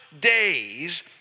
days